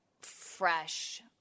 fresh